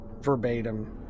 verbatim